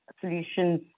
solutions